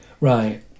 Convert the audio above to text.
right